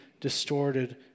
distorted